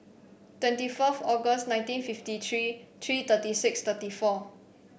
twenty four August nineteen fifty three three thirty six thirty four